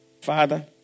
Father